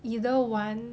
either one